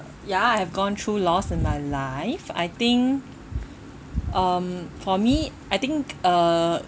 ya I have gone through loss in my life I think um for me I think uh